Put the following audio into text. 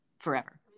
Forever